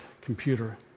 computer